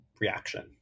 reaction